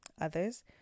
Others